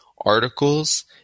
articles